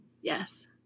Yes